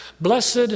Blessed